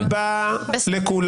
תודה רבה לכולם.